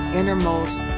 innermost